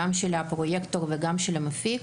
גם של הפרויקטור וגם של המפיק,